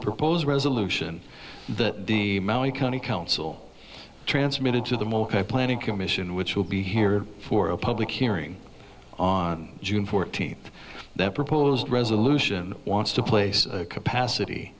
proposed resolution that the county council transmitted to the planning commission which will be here for a public hearing on june fourteenth that proposed resolution wants to place a capacity